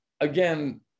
again